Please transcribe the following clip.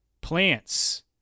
plants